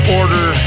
order